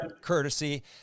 courtesy